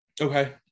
Okay